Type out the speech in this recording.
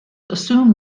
assumed